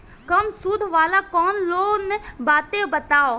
कम सूद वाला कौन लोन बाटे बताव?